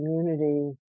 community